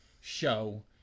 show